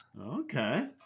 okay